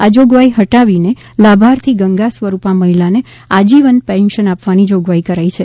આ જોગવાઇ હટાવી લાભાર્થી ગંગા સ્વરુપા મહિલાને આજીવન પેન્શન આપવાની જોગવાઇ કરાઇ છે